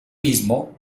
mismo